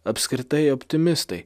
apskritai optimistai